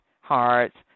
hearts